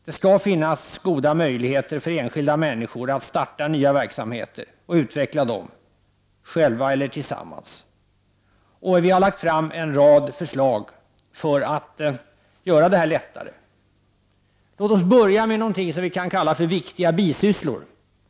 Det skall finnas goda möjligheter för enskilda människor att starta nya verksamheter och utveckla dem själva eller tillsammans med andra. Vi har lagt fram en rad förslag för att göra detta lättare. Låt oss börja med något som kan kallas för viktiga bisysslor.